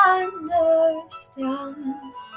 understands